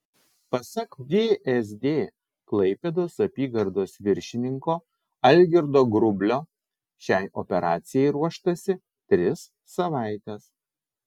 pasak vsd klaipėdos apygardos viršininko algirdo grublio šiai operacijai ruoštasi tris savaites